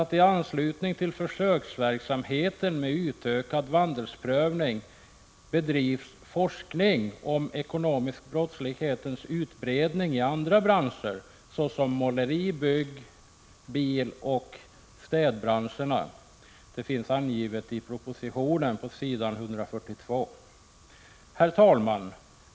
I anslutning till försöksverksamheten med utökad vandelsprövning skall det också bedrivas forskning om den ekonomiska brottslighetens utbredning i andra branscher såsom måleri-, bil-, byggoch städbranscherna. Detta finns angivet på s. 142 i propositionen. Herr talman!